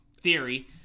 theory